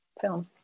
film